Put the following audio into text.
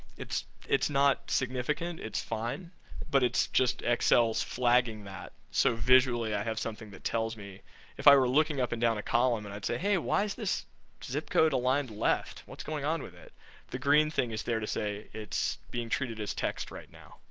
it's it's not significant, it's fine but it's just, excel is flagging that, so visually i have something that tells me if i were looking up and down a column, and i say hey why is this zip code aligned left, what's going on with it the green thing is there to say it's being treated as text right now.